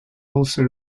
also